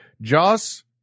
Joss